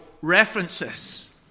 references